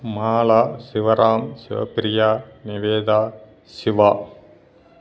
Mala Sivaram Sivapriya Nivedha Siva